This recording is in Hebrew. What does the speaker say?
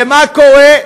ומה קורה?